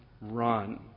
run